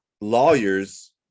lawyers